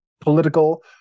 political